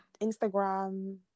Instagram